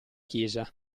chiesa